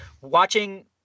watching